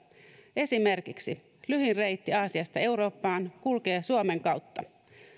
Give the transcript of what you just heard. esimerkiksi lyhin reitti aasiasta eurooppaan kulkee suomen kautta